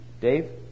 Dave